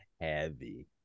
heavy